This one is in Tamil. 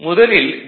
முதலில் டி